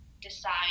decide